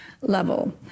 level